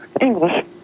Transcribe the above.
English